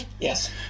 yes